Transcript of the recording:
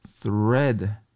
thread